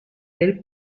del